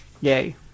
yay